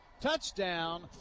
Touchdown